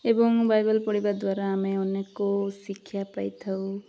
ଏବଂ ବାଇବେଲ୍ ପଢ଼ିବା ଦ୍ୱାରା ଆମେ ଅନେକ ଶିକ୍ଷା ପାଇଥାଉ